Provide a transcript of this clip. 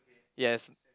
yes